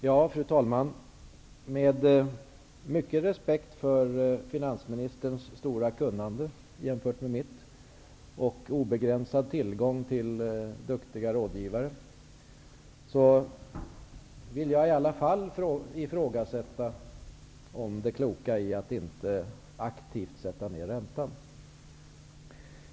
Fru talman! Med mycken respekt för finansministerns stora kunnande, jämfört med mitt, och obegränsade tillgång till duktiga rådgivare vill jag i alla fall ifrågasätta det kloka i att inte aktivt sätta ned räntan.